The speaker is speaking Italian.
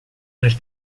nel